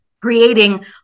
creating